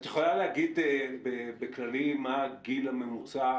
את יכולה לומר בכללי מה הגיל הממוצע